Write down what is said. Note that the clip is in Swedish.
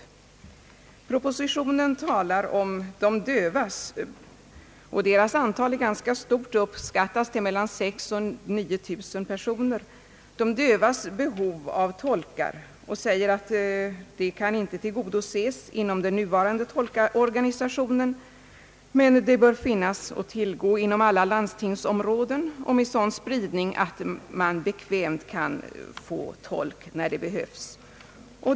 I propositionen talas om behovet av tolkar åt de döva — antalet döva uppskattas till mellan 6 000 och 9 000 personer och är således ganska stort — och departementschefen säger att detta behov inte kan tillgodoses inom den nuvarande organisationen men att tolkar bör finnas att tillgå inom alla landstingsområden och med sådan spridning att man bekvämt kan få tolk när det behövs.